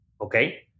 Okay